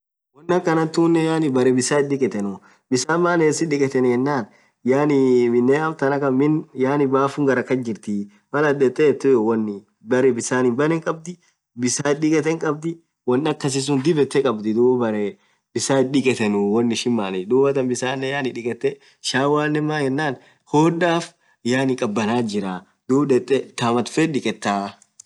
Won akhan thunen yaani beree bisan ithi dhikethunu bisan maan isith dhiketheni yenan yaani miinen amtan khan miin bafunn gharra kasjirthiii Mal athin dhethe yethoth wonni berre bisani benen khabdhi bisan ithi dhiketh khadbdhi woon akhasisun dhib yethe khabdhii dhub berre bisan ithi dhikethunu wonn ishin manishithu dhuathan bisanen yaani dhikethe shawwananen maaan yenen hodhaf yaani khabana jirah dhub dhethee thaam atiin feth dhiketha